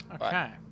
Okay